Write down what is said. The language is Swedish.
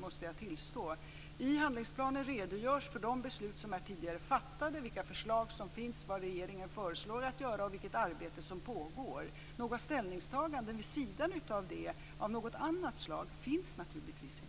som är räddad. I handlingsplanen redogörs för de beslut som är tidigare fattade, vilka förslag som finns, vad regeringen föreslår att göra och vilket arbete som pågår. Några ställningstaganden vid sidan om detta av annat slag finns naturligtvis inte.